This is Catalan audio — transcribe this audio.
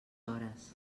hores